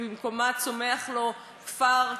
במקומה צומח לו כפר,